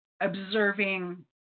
observing